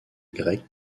grecque